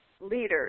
leaders